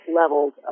levels